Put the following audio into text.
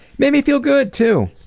made me feel good, too.